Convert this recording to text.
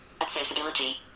Accessibility